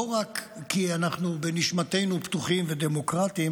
לא רק כי אנחנו בנשמתנו פתוחים ודמוקרטים